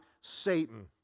Satan